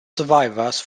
survivors